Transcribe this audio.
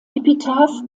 epitaph